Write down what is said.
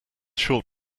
short